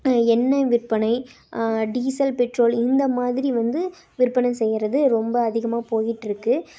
எண்ணெய் விற்பனை diesel petrol இந்தமாதிரி வந்து விற்பனை செய்கிறது ரொம்ப அதிகமாக போய்ட்டுருக்கு